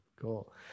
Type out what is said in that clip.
cool